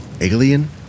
Alien